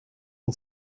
und